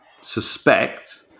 suspect